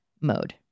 mode